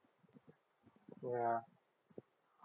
yeah